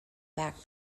back